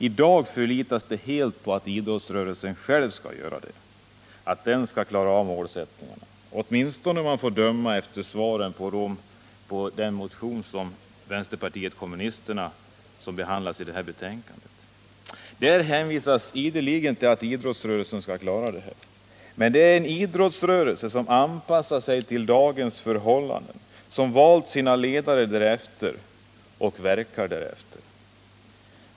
I dag förlitar vi oss elt på att idrottsrörelsen själv skall göra det och klara av dessa målsättningar, tminstone om man får döma av svaren på den motion av vänsterpartiet ommunisterna som behandlas i det här betänkandet. Där hänvisas ideligen ill idrottsrörelsen. Men en idrottsrörelse som anpassar sig till dagens örhållanden, som valt sina ledare därefter och verkar därefter, kan inte göra etta.